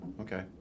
Okay